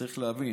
צריך להבין,